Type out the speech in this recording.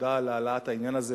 תודה על העלאת העניין הזה.